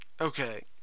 Okay